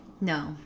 No